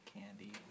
candy